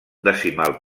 decimal